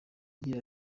agira